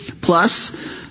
Plus